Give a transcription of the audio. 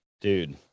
Dude